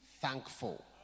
thankful